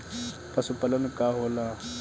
पशुपलन का होला?